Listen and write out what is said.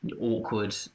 awkward